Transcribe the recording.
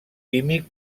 químic